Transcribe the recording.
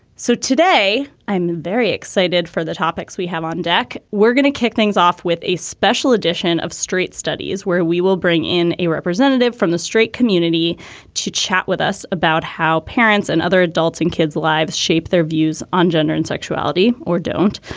so today i'm very excited for the topics we have on deck. we're gonna kick things off with a special edition of street studies where we will bring in a representative from the straight community to chat with us about how parents and other adults and kids lives shape their views on gender and sexuality or don't.